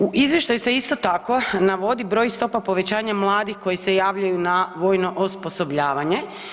U izvještaju se isto tako navodi broj stopa povećanja mladih koji se javljaju na vojno osposobljavanje.